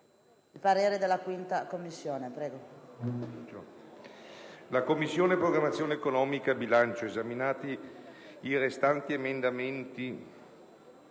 «La Commissione programmazione economica, bilancio, esaminati i restanti emendamenti